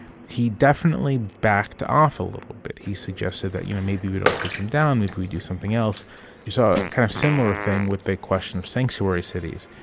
he definitely backed off a little bit. he suggested that, you know, maybe we don't take them down maybe we do something else you saw a kind of similar thing with the question of sanctuary cities,